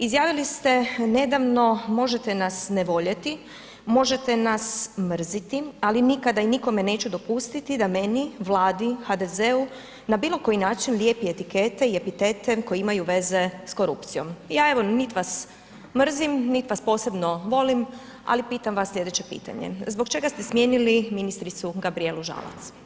Izjavili ste nedavno „Možete nas ne voljeti, možete nas mrziti ali nikada i nikom neću dopustiti da meni, Vladi, HDZ-u na bilokoji način lijepi etikete i epitete koji imaju veze sa korupcijom.“ Ja evo. nit vas mrzim, nit vas posebno volim ali pitam vas slijedeće pitanje, zbog čega ste smijenili ministricu Gabrijelu Žalac?